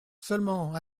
seulement